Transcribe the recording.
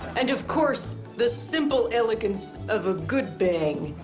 and of course, the simple elegance of a good bang.